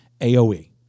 AOE